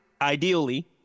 ideally